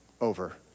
over